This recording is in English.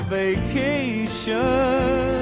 vacation